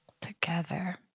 Together